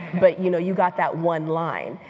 but you know, you got that one line.